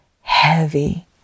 heavy